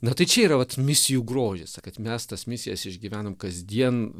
na tai čia yra vat misijų grožis kad mes tas misijas išgyvenam kasdien